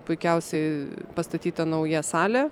puikiausiai pastatyta nauja salė